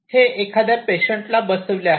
हे एखाद्या पेशंटला बसवले आहे